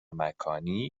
مکانی